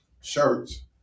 shirts